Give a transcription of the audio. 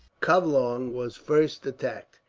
covelong was first attacked.